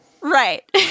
Right